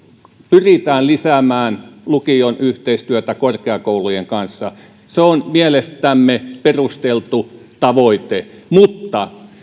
pyritään lisäämään lukion yhteistyötä korkeakoulujen kanssa se on mielestämme perusteltu tavoite mutta